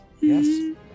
Yes